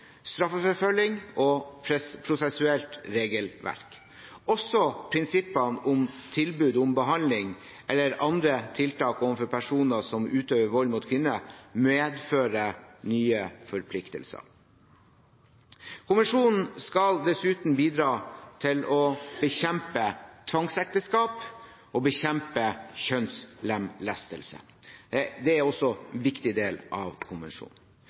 straffeforfølging og prosessuelt regelverk. Også prinsippene om tilbud om behandling eller andre tiltak overfor personer som utøver vold mot kvinner, medfører nye forpliktelser. Kommisjonen skal dessuten bidra til å bekjempe tvangsekteskap og bekjempe kjønnslemlestelse. Det er også en viktig del av konvensjonen.